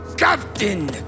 Captain